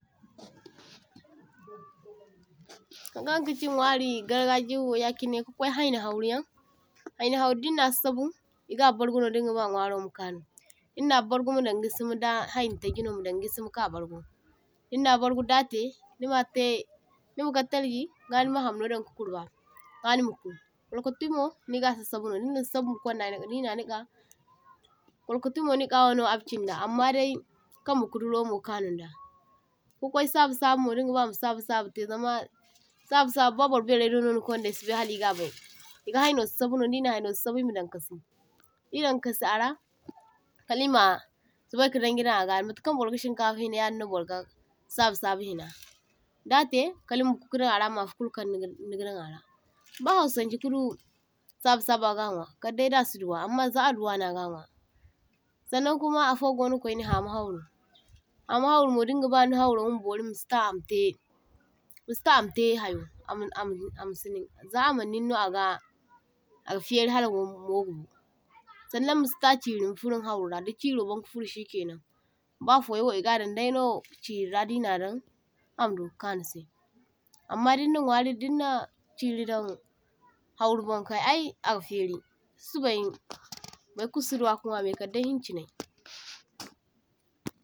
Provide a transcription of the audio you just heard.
toh-toh Hankaŋ kachi nwari gargajiwo yachinai kakwai hayni hawruyaŋ, hayni hawru diŋna sasabu e ga barguno dingaba nwaro ma kanu, diŋna bargu madan gisima da hayni taji no madaŋ gisima ka bargu, diŋna bargu datai nima’tai nima kar talji ga nima hamno dan ka kurba ga nimaku. Kwalkwatimo niga sasabu no dinna sasabu makwaŋda nika, dina nika, kwalkwatimo nika wano achindi amma dai kamba kaduromo kanuŋ da. Ka kwai sabusabumo dingaba ma sabusabu tai zama ba burbairay do no nikwaŋdai e sibai hala e gabai, e ga hayono sasabuno dina sasabu e madaŋ kasi, didaŋ kasi ara kalmia sobaika daŋ gidaŋ ara matakaŋ burga shiŋkafa hina yadinno burga sabusabu hina, datai kala ma kudadaŋ ara mafa kulu kaŋ niga nigadan ara, ba hausanchai kadu sabusabu aga nwa kaddai dasu duwa amma za aduwano aga nwa. Sannaŋ kuma afo gono ha’ma hawru, ha’ma hawrumo dingaba nihawro ma bori masita amatai amatai hayo ama ama ama siniŋ, za amaŋ niŋ no aga feari hala mo mogabo, sannaŋ masita chiri ma furo ni hawrora da chiro banka furo shikainaŋ ba fa’yo e gadaŋ daino chirira, dinadaŋ ama duka kanusai amma dinna nwari dinna chiri dan hawruboŋ ay aga fairi susubay baykulu suduwa ka nwa kadday hinchinay.